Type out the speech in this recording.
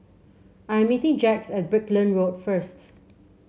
I'm meeting Jax at Brickland Road first